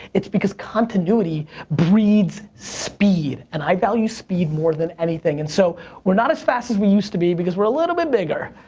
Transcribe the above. it's because continuity breeds speed. and i value speed more than anything. and so we're not as fast as we used to be because we're a little bit bigger,